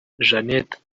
jeanette